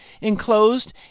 enclosed